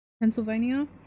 pennsylvania